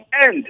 end